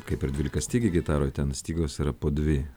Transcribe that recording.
kaip ir dvylikastygėj gitaroj ten stygos yra po dvi